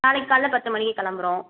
நாளைக்கு காலையில் பத்து மணிக்கு கிளம்புறோம்